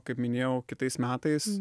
kaip minėjau kitais metais